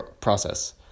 process